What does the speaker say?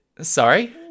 sorry